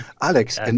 Alex